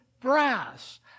brass